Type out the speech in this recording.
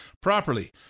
properly